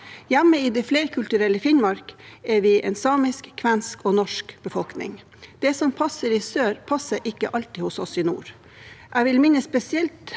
Hjemme i det flerkulturelle Finnmark er vi en samisk, kvensk og norsk befolkning. Det som passer i sør, passer ikke alltid hos oss i nord. Jeg vil spesielt